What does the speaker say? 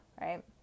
right